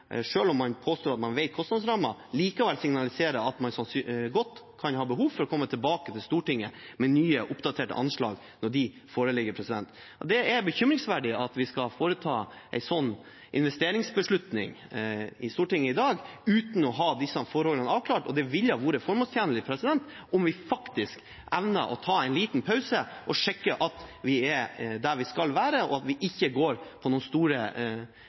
om man påstår at man kjenner kostnadsrammen, signaliserer at man godt kan ha behov for å komme tilbake til Stortinget med nye, oppdaterte anslag når de foreligger. Det er bekymringsverdig at vi skal foreta en sånn investeringsbeslutning i Stortinget i dag uten å ha disse forholdene avklart, og det ville vært formålstjenlig om vi faktisk evnet å ta en liten pause for å sjekke at vi er der vi skal være, og at vi ikke går på noen